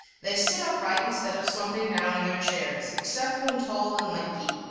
they sit upright instead of slumping down in their chairs, except when tall and lanky,